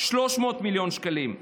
300 מיליון שקלים,